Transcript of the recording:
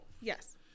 Yes